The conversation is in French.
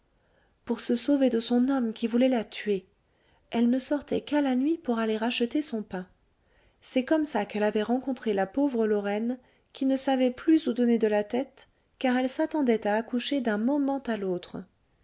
pour se sauver de son homme qui voulait la tuer elle ne sortait qu'à la nuit pour aller acheter son pain c'est comme ça qu'elle avait rencontré la pauvre lorraine qui ne savait plus où donner de la tête car elle s'attendait à accoucher d'un moment à l'autre